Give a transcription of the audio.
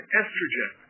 estrogen